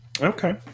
Okay